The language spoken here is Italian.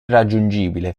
raggiungibile